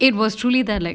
it was truly that like